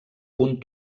punt